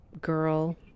girl